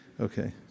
Okay